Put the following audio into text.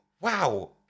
wow